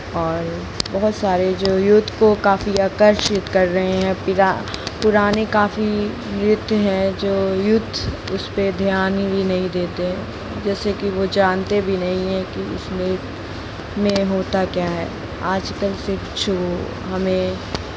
और बहुत सारे जो यूथ को काफ़ी आकार्षित कर रहें हैं पुराने काफी नृत्य हैं जो यूथ उस पर ध्यान भी नहीं देते जैसे कि वो जानते भी नहीं हैं कि उसमें में होता क्या है आजकल सिर्फ शो हमें